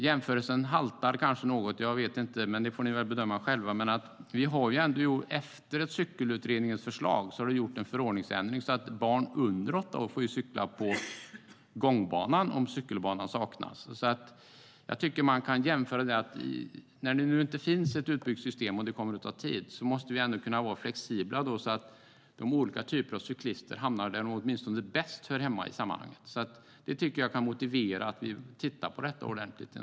Jämförelsen haltar kanske något, det får ni bedöma själva, men vi har ju efter cykelutredningens förslag gjort en förordningsändring så att barn under åtta år får cykla på gångbanan om cykelbana saknas. Jag tycker att man kan jämföra det. När det nu inte finns ett utbyggt system och det kommer att ta tid att bygga ut måste vi kunna vara flexibla så att olika typer av cyklister åtminstone hamnar där de bäst hör hemma i sammanhanget. Det tycker jag kan motivera att vi tittar på detta ordentligt.